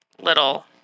little